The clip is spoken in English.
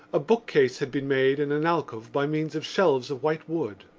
a bookcase had been made in an alcove by means of shelves of white wood.